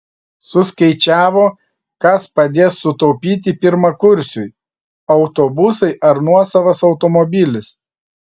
suskaičiavo kas padės sutaupyti pirmakursiui autobusai ar nuosavas automobilis